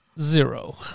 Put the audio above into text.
zero